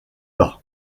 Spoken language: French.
bas